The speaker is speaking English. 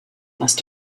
must